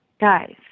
guys